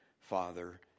father